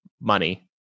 money